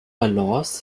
balance